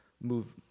move